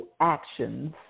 actions